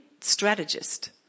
strategist